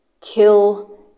kill